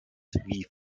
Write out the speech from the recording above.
wie